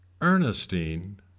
Ernestine